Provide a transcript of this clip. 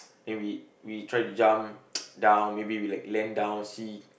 then we we try to jump down maybe like we land down see